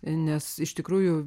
nes iš tikrųjų